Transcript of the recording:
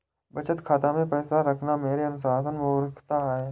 बचत खाता मैं पैसा रखना मेरे अनुसार मूर्खता है